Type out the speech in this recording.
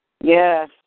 Yes